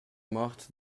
mort